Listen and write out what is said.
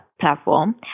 platform